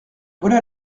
voilà